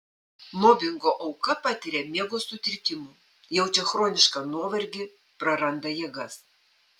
mobingo auka patiria miego sutrikimų jaučia chronišką nuovargį praranda jėgas